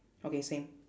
okay same